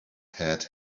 had